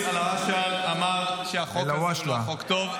ואליד אלהואשלה אמר שהחוק הזה הוא לא חוק טוב.